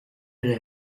der